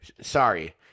Sorry